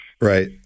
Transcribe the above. Right